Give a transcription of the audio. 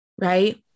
Right